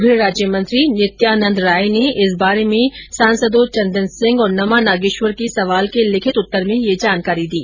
गृह राज्यमंत्री नित्यानन्द राय ने इस बारे में सांसदों चन्दन सिंह और नमा नागेश्वर के सवाल के लिखित उत्तर में यह जानकारी दी